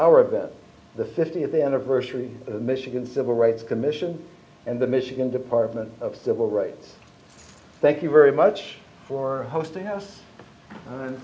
of this the fiftieth anniversary of michigan civil rights commission and the michigan department of civil rights thank you very much for hosting